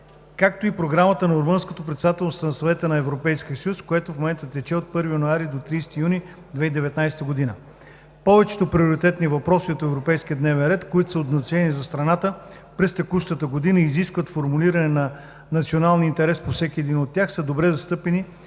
както и Програмата на Румънското председателство на Съвета на Европейския съюз, което в момента тече от 1 януари до 30 юни 2019 г. Повечето приоритетни въпроси от европейския дневен ред, които са от значение за страната през текущата година и изискват формулиране на националния интерес по всеки един от тях, са добре застъпени